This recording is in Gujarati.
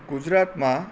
ગુજરાતમાં